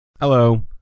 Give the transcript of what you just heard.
Hello